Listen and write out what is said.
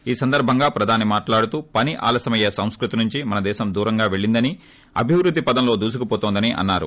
ఈ సందర్బంగా ప్రధాని మాట్లాడుతూ పని ఆలస్యమయ్యే సంస్కృతి నుంచి మన దేశం దూరంగా పెళ్ళిందని అభివృద్ధి పదంలో దూసుకుపోతోందని అన్నారు